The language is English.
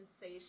say